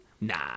Nah